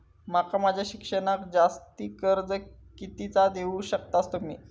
माका माझा शिक्षणाक जास्ती कर्ज कितीचा देऊ शकतास तुम्ही?